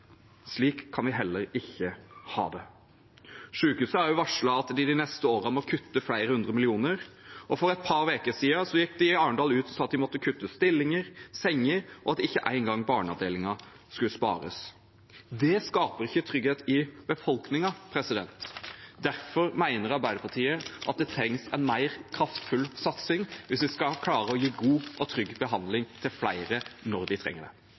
Slik kan vi heller ikke ha det. Sykehuset har varslet at de de neste årene må kutte flere hundre millioner, og for et par uker siden gikk de i Arendal ut og sa de måtte kutte stillinger og senger, og at ikke engang barneavdelingen skulle spares. Det skaper ikke trygghet i befolkningen. Derfor mener Arbeiderpartiet at det trengs en mer kraftfull satsing hvis vi skal klare å gi god og trygg behandling til flere når de trenger det.